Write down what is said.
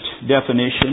definition